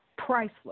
priceless